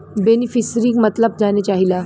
बेनिफिसरीक मतलब जाने चाहीला?